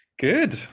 Good